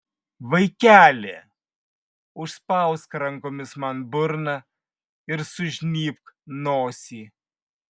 vaikeli užspausk rankomis man burną ir sužnybk nosį